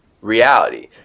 reality